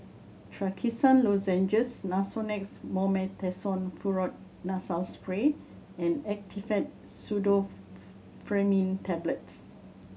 Trachisan Lozenges Nasonex Mometasone Furoate Nasal Spray and Actifed Tablets